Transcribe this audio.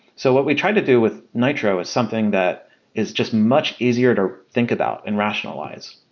so what we tried to do with nitro is something that is just much easier to think about and rationalize.